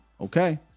okay